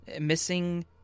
missing